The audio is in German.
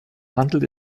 handelt